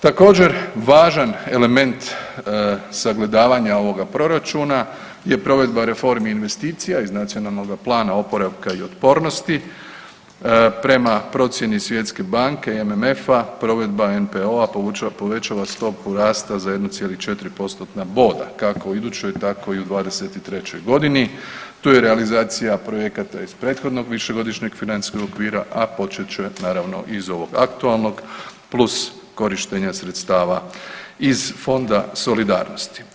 Također, važan element sagledavanja ovoga Proračuna je provedba reformi i investicija iz Nacionalnog plana oporavka i otpornosti, prema procjeni Svjetske banke i MMF-a, provedba NPOO-a povećava stopu rasta za 1,4 postotna boda, kako u idućoj, tako i u '23. g. Tu je i realizacija projekata iz prethodnog Višegodišnjeg financijskog okvira, a počet će naravno i iz ovog aktualnog, plus korištenje sredstava iz Fonda solidarnosti.